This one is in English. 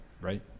right